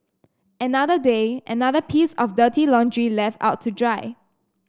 another day another piece of dirty laundry left out to dry